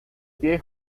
pie